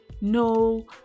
no